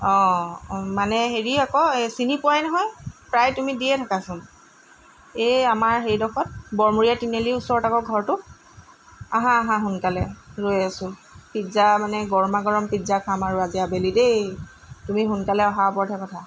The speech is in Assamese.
অঁ মানে হেৰি আকৌ এই চিনি পোৱাই নহয় প্ৰায় তুমি দিয়েই থাকাচোন এই আমাৰ সেইডোখৰত বৰমূৰীয়া তিনিআলিৰ ওচৰত আকৌ ঘৰতো আহা আহা সোনকালে ৰৈ আছোঁ পিজ্জা মানে গৰমা গৰম পিজ্জা খাম আৰু আজি আবেলি দেই তুমি সোনকালে অহাৰ ওপৰতহে কথা